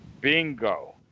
bingo